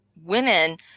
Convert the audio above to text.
women